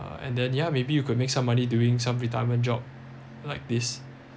uh and then ya maybe you could make some money doing some retirement job like this